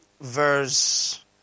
verse